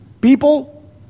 people